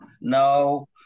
No